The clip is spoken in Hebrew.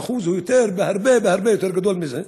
האחוז הוא הרבה הרבה יותר גדול מזה.